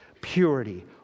purity